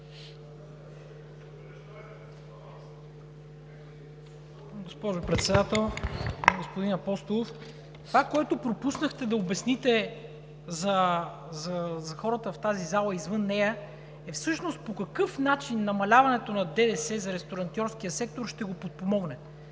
Госпожо Председател! Господин Апостолов, това, което пропуснахте да обясните за хората в тази зала и извън нея, е всъщност по какъв начин намаляването на ДДС за ресторантьорския сектор ще го подпомогне.